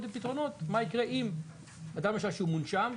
ופתרונות מה יקרה אם אדם במצב שהוא מונשם,